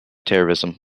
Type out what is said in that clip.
terrorism